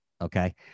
okay